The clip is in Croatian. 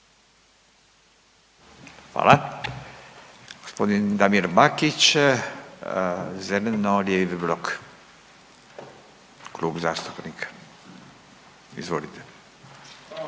Hvala. Gospodin Damir Bakić Zeleno-lijevi blok klub zastupnika, izvolite.